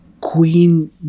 queen